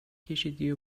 کشیدی